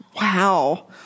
Wow